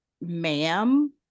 ma'am